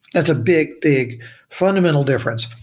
that's a big, big fundamental difference.